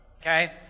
Okay